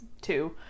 two